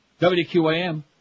WQAM